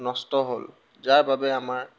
নষ্ট হ'ল যাৰ বাবে আমাৰ